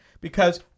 because-